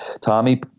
Tommy